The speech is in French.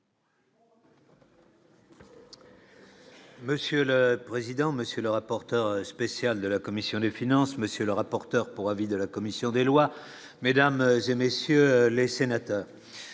Monsieur le président, monsieur le rapporteur spécial de la commission des finances, monsieur le rapporteur pour avis de la commission des lois, mesdames et messieurs les sénateurs,